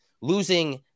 losing –